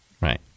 Right